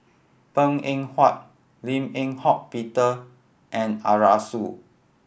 Png Eng Huat Lim Eng Hock Peter and Arasu